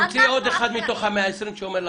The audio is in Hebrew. תמצאי עוד אחד מתוך ה-120 שאומר לך,